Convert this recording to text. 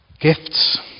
Gifts